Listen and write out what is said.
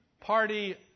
party